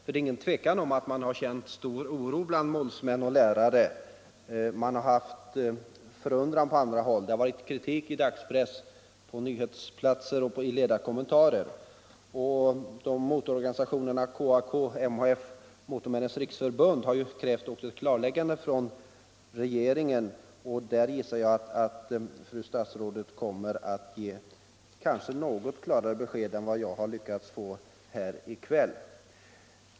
Det är inget tvivel om att målsmän och lärare har känt stor oro. Man har också känt förundran på andra håll: i dagspressen har det förekommit kritik på nyhetsplats och i ledarkommentarer, och motororganisationerna KAK, MHF och Motormännens riksförbund har också krävt ett klarläggande från regeringen. Jag gissar att fru statsrådet därvid kommer att ge något klarare besked än vad jag har lyckats få här i kväll.